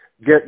get